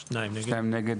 2 נמנעים,